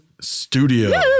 studio